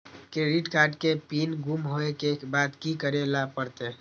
Credit card के PIN गुम होय के बाद की करै ल परतै?